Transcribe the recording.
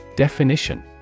Definition